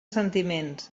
sentiments